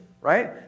right